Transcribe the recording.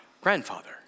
grandfather